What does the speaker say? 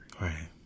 Right